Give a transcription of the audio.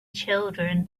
children